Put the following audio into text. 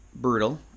brutal